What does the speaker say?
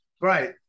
right